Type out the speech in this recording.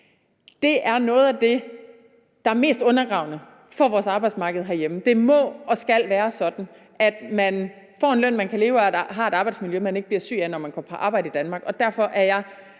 .Det er noget af det, der er mest undergravende for vores arbejdsmarked herhjemme. Det må og skal være sådan, at man får en løn, man kan leve af, og har et arbejdsmiljø, man ikke bliver syg af, når man går på arbejde i Danmark. Derfor er jeg